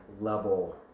level